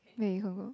where you can't go